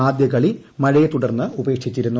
ആദ്യകളി മഴയെത്തുടർന്ന് ഉപേക്ഷിച്ചിരുന്നു